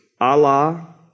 Allah